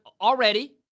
already